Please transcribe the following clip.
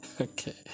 okay